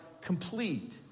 complete